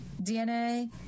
DNA